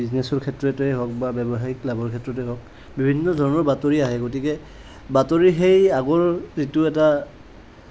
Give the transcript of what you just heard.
বিজনেছৰ ক্ষেত্ৰতে হওক বা ব্যৱসায়িক লাভৰ ক্ষেত্ৰতে হওক বিভিন্ন ধৰণৰ বাতৰি আহে গতিকে বাতৰি সেই আগৰ যিটো এটা